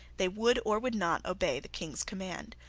they would or would not obey the king's command.